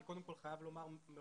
אני קודם כל חייב לומר מראש